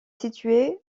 située